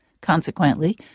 Consequently